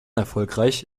erfolgreich